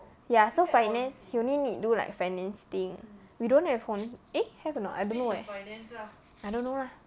ya so finance he only need do like finance thing we don't have hon eh have or not I don't know leh I don't know lah